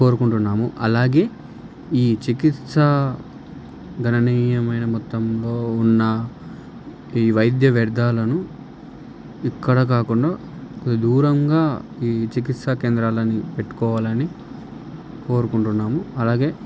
కోరుకుంటున్నాము అలాగే ఈ చికిత్స గణనీయమైన మొత్తంలో ఉన్న ఈ వైద్యవ్యర్థాలను ఇక్కడ కాకుండా కొద్ది దూరంగా ఈ చికిత్సా కేంద్రాలని పెట్టుకోవాలని కోరుకుంటున్నాము అలాగే